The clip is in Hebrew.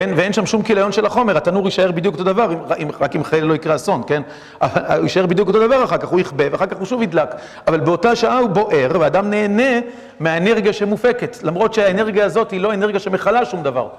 ואין שם שום כיליון של החומר, התנור יישאר בדיוק אותו דבר, רק אם אכן לא יקרה אסון, כן? הוא יישאר בדיוק אותו דבר, אחר כך הוא יכבה, אחר כך הוא שוב ידלק. אבל באותה שעה הוא בוער, והאדם נהנה מהאנרגיה שמופקת, למרות שהאנרגיה הזאת היא לא האנרגיה שמכלה שום דבר.